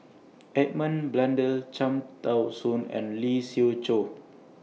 Edmund Blundell Cham Tao Soon and Lee Siew Choh